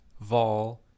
vol